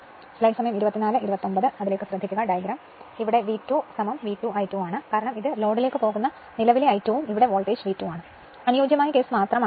അതിനാൽ ഇത് V2 V2 I2 ആണ് കാരണം ഇത് loadലേക്ക് പോകുന്ന നിലവിലെ I2 ഉം ഇവിടെ voltage V2 ആണ് അനുയോജ്യമായ കേസ് മാത്രമാണെങ്കിൽ